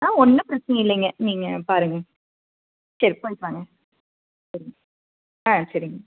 ஆ ஒன்றும் பிரச்சினை இல்லைங்க நீங்கள் பாருங்க சரி உக்காந்து பாருங்க ஆ சரிங்க